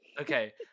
Okay